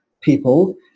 people